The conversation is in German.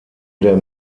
der